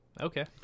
okay